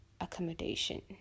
accommodation